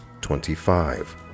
Twenty-five